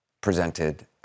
presented